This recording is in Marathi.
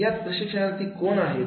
यात प्रशिक्षणार्थी कोण आहेत